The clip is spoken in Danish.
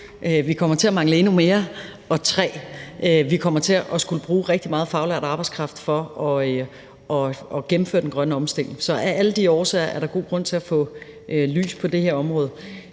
2) kommer til at mangle endnu mere, og at vi 3) kommer til at skulle bruge rigtig meget faglært arbejdskraft for at gennemføre den grønne omstilling. Så af alle de årsager er der god grund til at få lys på det her område,